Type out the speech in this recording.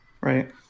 right